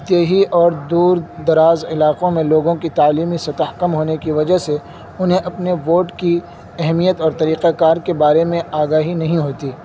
دیہی اور دور دراز علاقوں میں لوگوں کی تعلیمی سطح کم ہونے کی وجہ سے انہیں اپنے ووٹ کی اہمیت اور طریقہ کار کے بارے میں آگاہی نہیں ہوتی